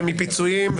מפיצויים,